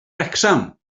wrecsam